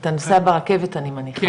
אתה נוסע ברכבת אני מניחה.